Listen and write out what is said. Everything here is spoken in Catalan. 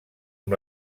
amb